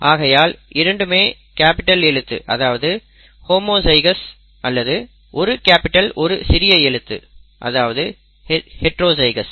ஆகையால் இரண்டுமே கேப்பிட்டல் எழுத்து அதாவது ஹோமோஜைகௌஸ் அல்லது ஒரு கேப்பிட்டல் ஒரு சிறிய எழுத்து அதாவது ஹைட்ரோஜைகோஸ்